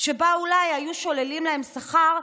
שבה אולי היו שוללים להם שכר,